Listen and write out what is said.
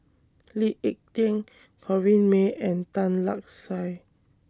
Lee Ek Tieng Corrinne May and Tan Lark Sye